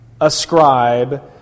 ascribe